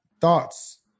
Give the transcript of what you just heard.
thoughts